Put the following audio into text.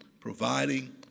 providing